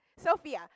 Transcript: Sophia